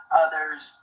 others